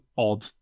odd